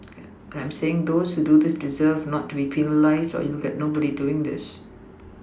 and I'm saying those who do this deserve not to be penalised or you will get nobody doing this